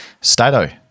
Stato